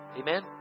Amen